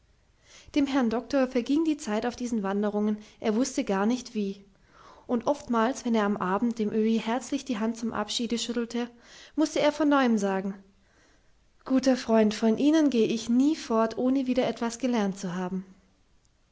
dem herrn doktor verging die zeit auf diesen wanderungen er wußte gar nicht wie und oftmals wenn er am abend dem öhi herzlich die hand zum abschiede schüttelte mußte er von neuem sagen guter freund von ihnen gehe ich nie fort ohne wieder etwas gelernt zu haben